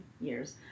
years